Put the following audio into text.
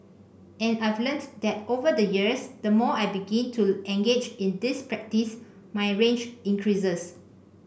and I've learnt that over the years the more I begin to engage in this practice my range increases